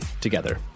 together